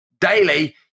daily